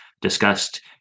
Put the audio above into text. discussed